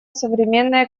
современное